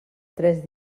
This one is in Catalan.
tres